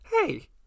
Hey